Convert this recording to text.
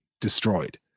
destroyed